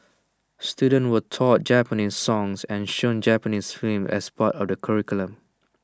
students were taught Japanese songs and shown Japanese films as part of the curriculum